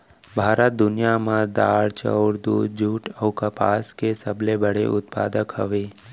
भारत दुनिया मा दार, चाउर, दूध, जुट अऊ कपास के सबसे बड़े उत्पादक हवे